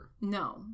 no